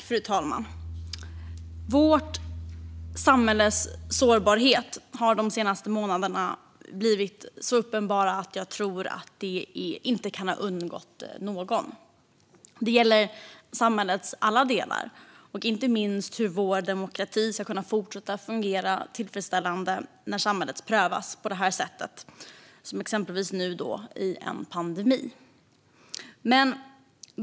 Fru talman! Vårt samhälles sårbarhet har de senaste månaderna blivit så uppenbar att jag tror att det inte kan ha undgått någon. Det gäller samhällets alla delar, inte minst hur vår demokrati ska kunna fortsätta fungera tillfredsställande när samhället prövas - exempelvis som nu, i en pandemi.